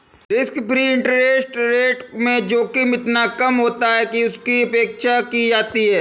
risk free interest rate में जोखिम इतना कम होता है कि उसकी उपेक्षा की जाती है